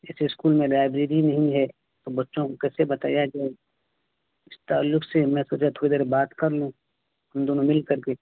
ایسے اسکول میں لائبریری نہیں ہے تو بچوں کو کیسے بتایا کہ اس تعلق سے میں سوچا تھوڑی دیر بات کر لوں ان دونوں مل کر کے